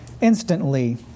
instantly